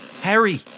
Harry